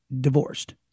divorced